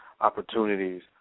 opportunities